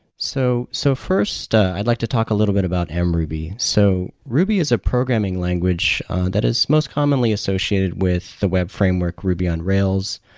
so so first, i'd like to talk a little bit about and mruby. so ruby is a programming language that is most commonly associated with the web framework ruby on rails.